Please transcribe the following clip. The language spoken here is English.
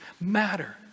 matter